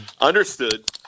Understood